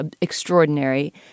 extraordinary